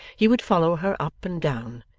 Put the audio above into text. he would follow her up and down,